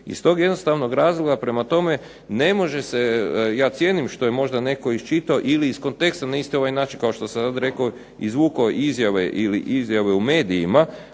Iz tog jednostavnog razloga, prema tome ne može se, ja cijenim što je možda netko iščitao ili iz konteksta, niste na ovaj način kao što sam rekao izvukao izjave ili izjave u medijima,